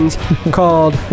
called